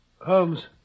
Holmes